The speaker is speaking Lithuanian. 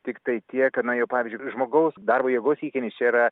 tiktai tiek kad na jau pavyzdžiui žmogaus darbo jėgos įkainis čia yra